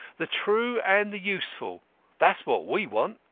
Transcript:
the true and the useful that's what we want.